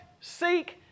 seek